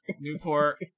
Newport